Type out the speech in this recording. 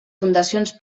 fundacions